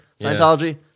Scientology